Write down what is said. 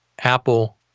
Apple